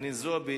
חנין זועבי,